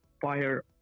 fire